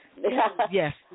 yes